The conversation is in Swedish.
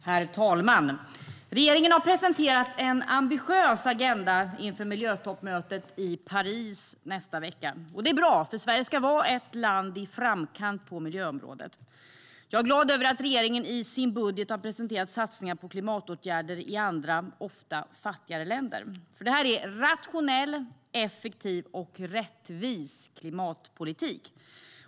Herr talman! Regeringen har presenterat en ambitiös agenda inför miljötoppmötet i Paris nästa vecka. Det är bra, för Sverige ska vara ett land i framkant på miljöområdet. Jag är glad över att regeringen i sin budget har presenterat satsningar på klimatåtgärder i andra, ofta fattigare länder. Det är rationell, effektiv och rättvis klimatpolitik.